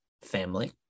family